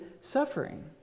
suffering